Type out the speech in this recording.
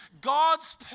God's